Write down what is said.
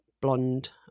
blonde